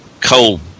coal